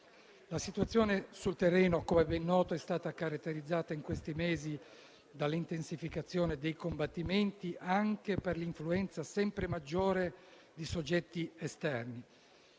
La situazione sul terreno, come ben noto, è stata caratterizzata in questi mesi dall'intensificazione dei combattimenti anche per l'influenza, sempre maggiore, di soggetti esterni.